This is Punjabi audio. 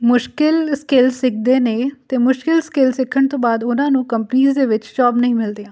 ਮੁਸ਼ਕਿਲ ਸਕਿੱਲ ਸਿੱਖਦੇ ਨੇ ਅਤੇ ਮੁਸ਼ਕਿਲ ਸਕਿੱਲ ਸਿੱਖਣ ਤੋਂ ਬਾਅਦ ਉਹਨਾਂ ਨੂੰ ਕੰਪਨੀਜ ਦੇ ਵਿੱਚ ਜੋਬ ਨਹੀਂ ਮਿਲਦੀਆਂ